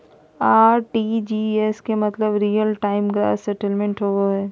RTGS के मतलब real time gross settlement होबो हय